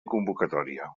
convocatòria